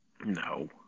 No